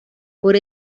por